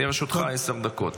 לרשותך עשר דקות.